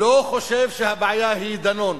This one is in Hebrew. לא חושב שהבעיה היא דנון